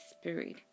Spirit